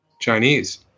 chinese